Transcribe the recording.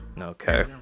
okay